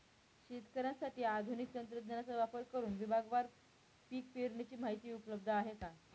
शेतकऱ्यांसाठी आधुनिक तंत्रज्ञानाचा वापर करुन विभागवार पीक पेरणीची माहिती उपलब्ध आहे का?